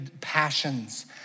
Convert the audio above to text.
passions